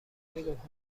میگفت